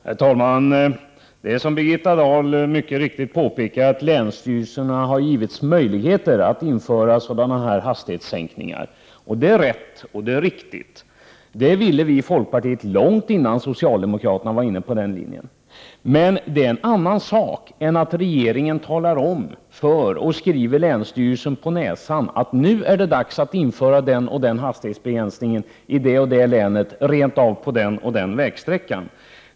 Herr talman! Det är så, som Birgitta Dahl mycket riktigt påpekar, att länsstyrelserna har givits möjligheter att införa hastighetssänkningar. Det är rätt och riktigt. Det ville vi i folkpartiet långt innan socialdemokraterna var inne på den linjen. Men det är en annan sak än att regeringen talar om för och skriver länsstyrelsen på näsan att det nu är dags att införa den och den hastighetsbegränsningen i det och det länet, rent av på den och den vägsträckan.